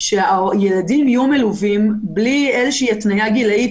ככה שהילדים יהיו מלווים גם בלי התניה גילאית?